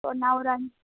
ஓ நான் ஒரு அஞ்